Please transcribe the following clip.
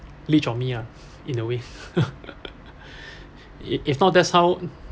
leach on me ah in a way it if not that's how